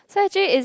so actually is